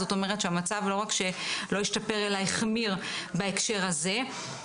זאת אומרת שהמצב לא רק שלא השתפר אלא החמיר בהקשר הזה.